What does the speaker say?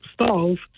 stalls